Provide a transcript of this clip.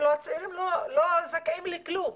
הצעירים לא זכאים לכלום.